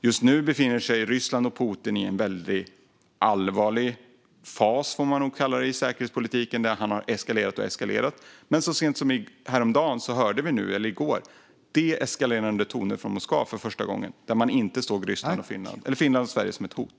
Just nu befinner sig Ryssland och Putin i en väldigt allvarlig fas - så får man nog kalla det - i säkerhetspolitiken där Putin har eskalerat och eskalerat. Men så sent som häromdagen hörde vi för första gången deeskalerande tongångar från Moskva, där man inte såg Finland och Sverige som ett hot.